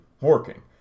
working